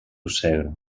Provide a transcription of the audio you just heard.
segre